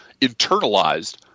internalized